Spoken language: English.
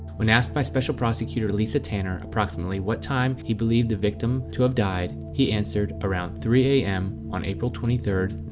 when asked by special prosecutor lisa tanner approximately what time he believed the victim to have died he answered, around three zero a m. on april twenty third,